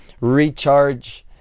recharge